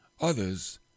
others